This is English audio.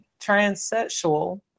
transsexual